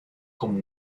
como